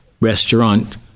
restaurant